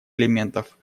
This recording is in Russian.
элементов